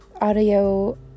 audio